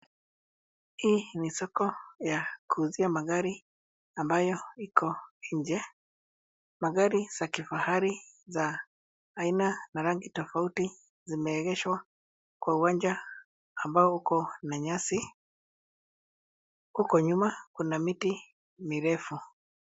Hii ni soko la kuuzia magari ambayo iko nje. Magari za kifahari na rangi tofauti zimeegeshwa kwa uwanja ambao uko na nyasi. Huko nyuma kuna miti mirefu.